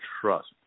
trust